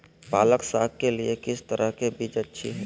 पालक साग के लिए किस तरह के बीज अच्छी है?